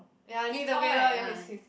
ya I need to be tall ya his his